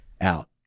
out